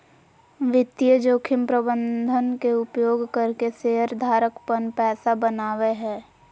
वित्तीय जोखिम प्रबंधन के उपयोग करके शेयर धारक पन पैसा बनावय हय